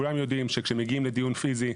כולם יודעים שכאשר מגיעים לדיון פיזי,